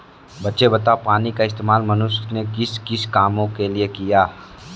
बच्चे बताओ पानी का इस्तेमाल मनुष्य ने किस किस काम के लिए किया?